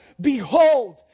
Behold